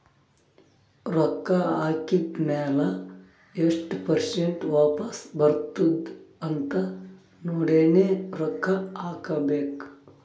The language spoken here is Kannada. ರೊಕ್ಕಾ ಹಾಕಿದ್ ಮ್ಯಾಲ ಎಸ್ಟ್ ಪರ್ಸೆಂಟ್ ವಾಪಸ್ ಬರ್ತುದ್ ಅಂತ್ ನೋಡಿನೇ ರೊಕ್ಕಾ ಹಾಕಬೇಕ